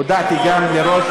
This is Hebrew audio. הודעתי גם לראש